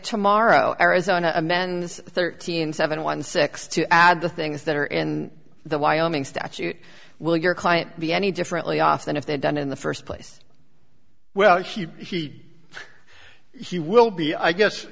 tomorrow arizona amends thirteen seven one six to add the things that are in the wyoming statute will your client be any differently off than if they're done in the first place well he he he will be i guess